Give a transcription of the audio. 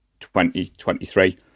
2023